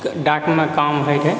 डाकमे काम होइ रहै